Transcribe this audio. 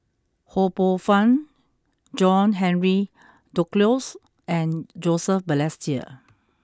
Ho Poh Fun John Henry Duclos and Joseph Balestier